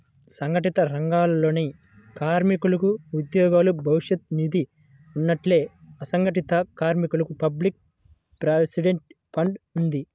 సంఘటిత రంగాలలోని కార్మికులకు ఉద్యోగ భవిష్య నిధి ఉన్నట్టే, అసంఘటిత కార్మికులకు పబ్లిక్ ప్రావిడెంట్ ఫండ్ ఉంది